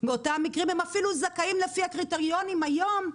מאותם מקרים והם אפילו זכאים לפי הקריטריונים היום,